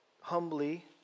humbly